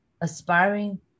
aspiring